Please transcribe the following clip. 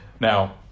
Now